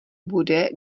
bude